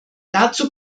dazu